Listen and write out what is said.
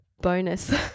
bonus